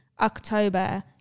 October